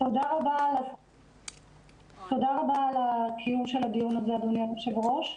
תודה רבה על הקיום הזה, אדוני היושב-ראש.